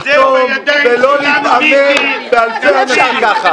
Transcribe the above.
לחתום ולא להתעמת ------ אין לנו שום דבר חדש לחדש לנו.